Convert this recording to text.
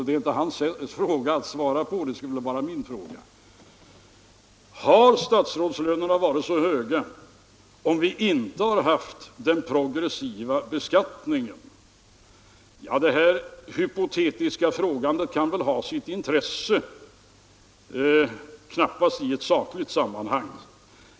Det är inte en fråga för honom att svara på, utan det borde vara min uppgift. Hade statsrådslönerna varit så höga som de är, om vi inte hade haft den progressiva beskattningen? Ja, en sådan hypotetisk frågeställning kan väl ha sitt intresse, men knappast i ett sakligt sammanhang.